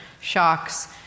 shocks